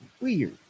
weird